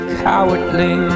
cowardly